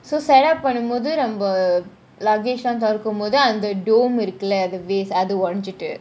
so set-up பண்ணும் போது நம்ப :pannum bothu namba luggage லாம் தொன்றாகும் போது அந்த :lam thorakum bothu antha dome இருக்குல்ல அது :irukula athu vase அது ஒடஞ்சிட்டு :athu odanjitu